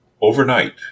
overnight